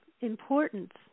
importance